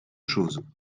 chose